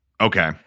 Okay